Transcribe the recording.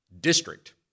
district